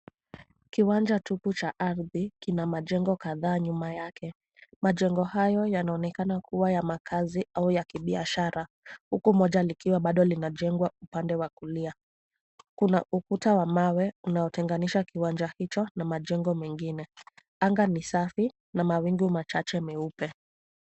Kiwanja tupu cha ardhi kina majengo kadhaa nyuma yake. Majengo hayo yanaonekana kuwa ya makazi au ya kibiashara, huku moja likiwa bado linajengwa upande wa kulia. Kuna ukuta wa mawe unaotenganisha kiwanja hicho na majengo mengine. Anga ni safi na mawingu machache meupe.